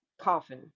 coffin